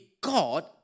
God